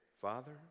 Father